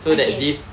okay